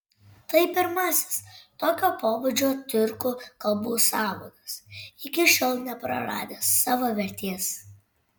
tai pirmasis tokio pobūdžio tiurkų kalbų sąvadas iki šiol nepraradęs savo vertės